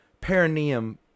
perineum